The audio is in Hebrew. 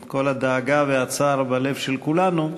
עם כל הדאגה והצער שבלב כולנו,